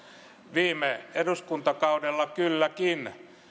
viime eduskuntakaudella kylläkin